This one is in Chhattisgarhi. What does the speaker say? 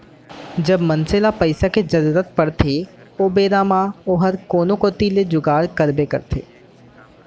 जब मनसे ल पइसा के जरूरत परथे ओ बेरा म ओहर कोनो कोती ले जुगाड़ करबे करथे